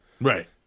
Right